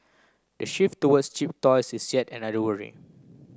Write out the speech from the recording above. the shift towards cheap toys is yet another worry